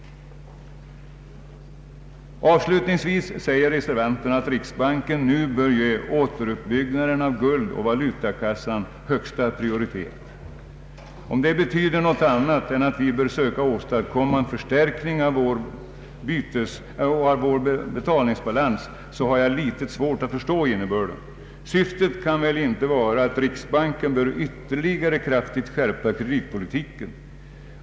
Avslutningsvis säger reservanterna att riksbanken nu bör ge återuppbyggnaden av guldoch valutakassan högsta prioritet. Om detta betyder något annat än att vi bör söka åstadkomma en förstärkning av vår betalningsbalans har jag litet svårt att förstå innebörden. Syftet kan väl inte vara att riksbanken bör ytterligare kraftigt skärpa kreditpolitiken.